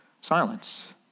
Silence